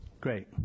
Great